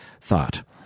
thought